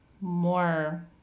more